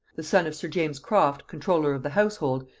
the son of sir james croft comptroller of the household,